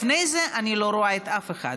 לפני זה אני לא רואה אף אחד.